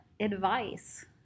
advice